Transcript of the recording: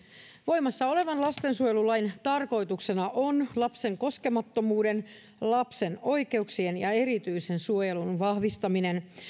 voimassa olevan lastensuojelulain tarkoituksena on lapsen koskemattomuuden oikeuksien ja erityisen suojelun vahvistaminen